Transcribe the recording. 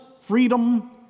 freedom